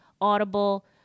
Audible